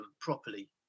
properly